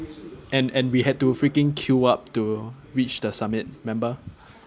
and and we had to freaking queue up to reach the summit remember